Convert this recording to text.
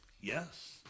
Yes